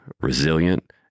resilient